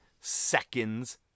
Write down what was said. seconds